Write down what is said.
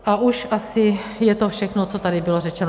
A už asi je to všechno, co tady bylo řečeno.